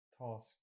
task